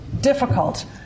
difficult